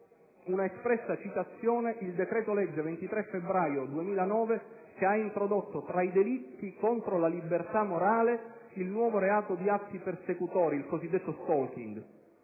un'espressa citazione il decreto-legge 23 febbraio 2009, n. 11, che ha introdotto, tra i delitti contro la libertà morale, il nuovo reato di atti persecutori (il cosiddetto *stalking*),